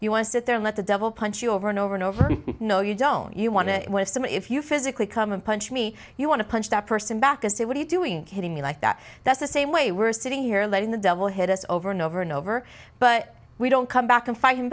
you want to sit there let the devil punch you over and over and over no you don't you want to have some if you physically come and punch me you want to punch that person back to say what are you doing hitting me like that that's the same way we're sitting here letting the devil hit us over and over and over but we don't come back and fight